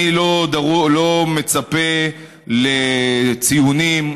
אני לא מצפה לציונים,